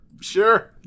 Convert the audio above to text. sure